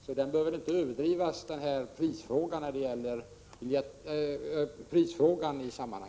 Så prisfrågan i sammanhanget bör inte överdrivas.